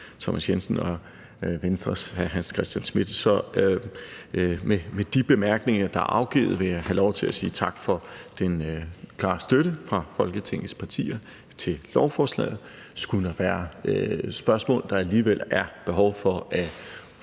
Thomas Jensen og Venstres hr. Hans Christian Schmidt. Så med de bemærkninger, der er afgivet, vil jeg have lov til at sige tak for den klare støtte fra Folketingets partier til lovforslaget. Skulle der være spørgsmål, der alligevel er behov for at